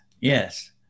Yes